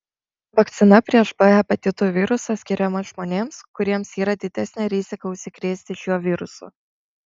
vakcina prieš b hepatito virusą skiriama žmonėms kuriems yra didesnė rizika užsikrėsti šiuo virusu